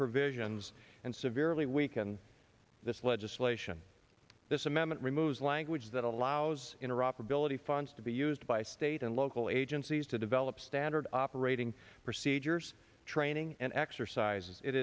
provisions and severely weakened this legislation this amendment removes language that allows interoperability funds to be used by state and local agencies to develop standard operating procedures training and exercises it